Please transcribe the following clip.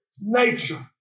nature